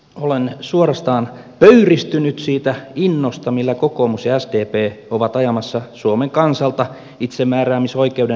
olen suorastaan pöyristynyt siitä innosta millä kokoomus ja sdp ovat ajamassa suomen kansalta itsemääräämisoikeuden likakaivoon